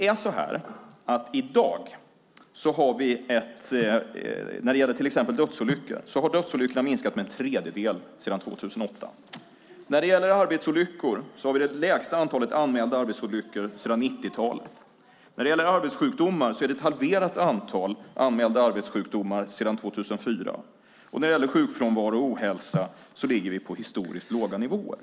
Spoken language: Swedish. När det gäller till exempel dödsolyckor har dessa i dag minskat med en tredjedel sedan 2008. När det gäller arbetsolyckor har vi det lägsta antalet anmälda sådana sedan 90-talet. När det gäller arbetssjukdomar är det ett halverat antal anmälda sådana sedan 2004. När det gäller sjukfrånvaro och ohälsa ligger vi på historiskt låga nivåer.